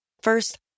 First